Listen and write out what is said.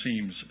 seems